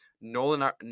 Nolan